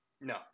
No